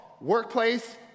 workplace